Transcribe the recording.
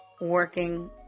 Working